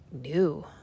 new